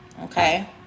Okay